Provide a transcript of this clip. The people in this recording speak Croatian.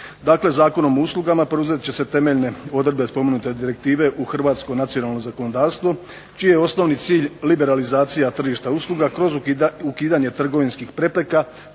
Zakonom o uslugama preuzet će se temeljne odredbe spomenute direktive u hrvatsko nacionalno zakonodavstvo čiji je osnovni cilj liberalizacija tržišta usluga kroz ukidanje trgovinskih prepreka